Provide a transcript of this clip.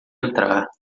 entrar